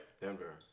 Denver